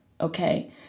Okay